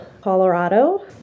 Colorado